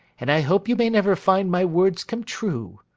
and i hope you may never find my words come true